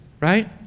right